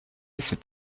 cet